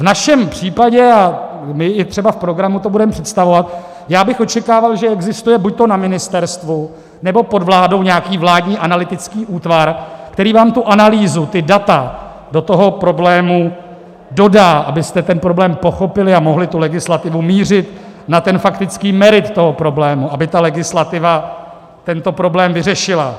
V našem případě, a my i třeba v programu to budeme představovat, já bych očekával, že existuje buďto na ministerstvu, nebo pod vládou nějaký vládní analytický útvar, který vám tu analýzu, ta data do problému dodá, abyste ten problém pochopili a mohli tu legislativu mířit na faktické meritum problému, aby legislativa tento problém vyřešila.